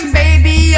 baby